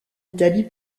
italie